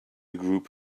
group